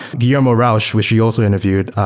guillermo rauch, which you also interviewed,